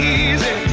easy